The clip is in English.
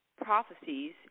prophecies